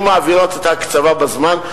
שמעבירות את ההקצבה בזמן.